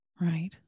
right